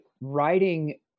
writing